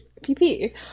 pp